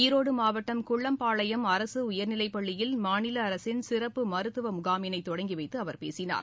ஈரோடு மாவட்டம் குள்ளம்பாளையம் அரசு உயர்நிலைப்பள்ளியில் மாநில அரசின் சிறப்பு மருத்துவ முகாமினை தொடங்கி வைத்து பேசினார்